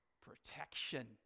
protection